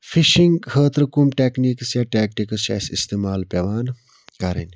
fishing خٲطرٕ کٕم techniques یا ٹیٚکٹِکس چھِ اسہِ استعمال پیٚوان کَرٕنۍ